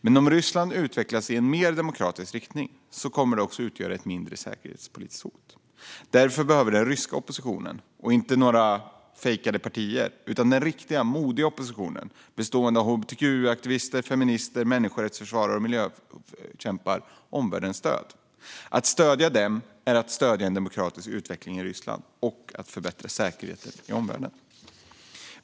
Men om Ryssland utvecklas i en mer demokratisk riktning kommer det också att utgöra ett mindre säkerhetspolitiskt hot. Därför behöver den ryska oppositionen - inte några fejkade partier utan den riktiga och modiga oppositionen, bestående av hbtq-aktivister, feminister, människorättsförsvarare och miljökämpar - omvärldens stöd. Att stödja dem är att stödja en demokratisk utveckling i Ryssland och att förbättra säkerheten i omvärlden.